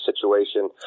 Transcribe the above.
situation